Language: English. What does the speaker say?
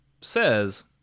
says